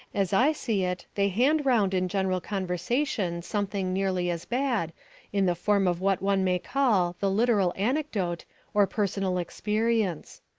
as i see it, they hand round in general conversation something nearly as bad in the form of what one may call the literal anecdote or personal experience.